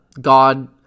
God